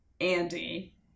Andy